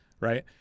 right